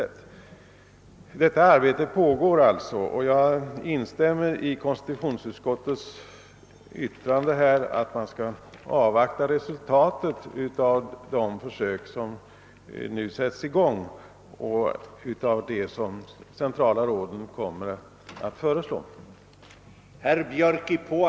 Detta arbete pågår alltså, och jag instämmer i konstitutionsutskottets yttrande att man skall avvakta resultatet av de försök som nu igångsätts och de förslag som centrala råden kan komma att framlägga.